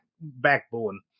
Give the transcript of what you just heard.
backbone